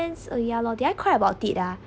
uh ya loh did I cry about it ah